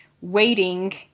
waiting